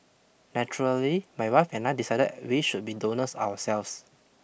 naturally my wife and I decided we should be donors ourselves